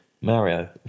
Mario